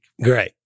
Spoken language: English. Great